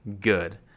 good